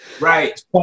Right